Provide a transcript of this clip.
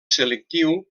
selectiu